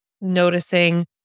noticing